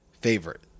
favorite